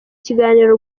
kiganiro